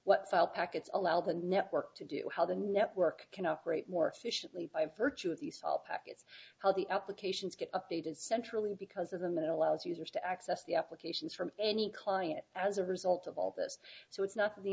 what file packets allow the network to do how the network can operate more efficiently by virtue of the small packets how the up locations get updated centrally because of the middle loads users to access the applications from any client as a result of all this so it's not the